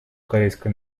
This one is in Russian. корейская